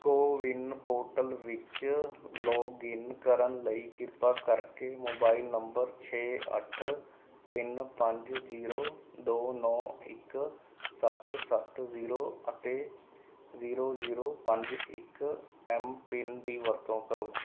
CoWIN portal ਵਿੱਚ login ਕਰਨ ਲਈ ਕਿਰਪਾ ਕਰਕੇ ਮੋਬਾਇਲ ਨੰਬਰ ਛੇ ਅੱਠ ਤਿੰਨ ਪੰਜ ਜ਼ੀਰੋ ਦੋ ਨੌ ਇੱਕ ਸੱਤ ਸੱਤ ਜ਼ੀਰੋ ਅਤੇ ਜ਼ੀਰੋ ਜ਼ੀਰੋ ਪੰਜ ਇੱਕ ਐੱਮਪਿੰਨ ਦੀ ਵਰਤੋਂ ਕਰੋ